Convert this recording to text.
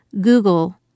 Google